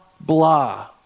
blah